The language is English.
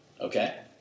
Okay